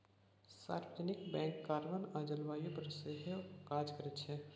सार्वजनिक bank carbon आ जलबायु पर सेहो काज करै छै